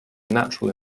natural